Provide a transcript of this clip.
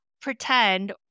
pretend